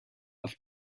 auf